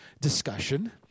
discussion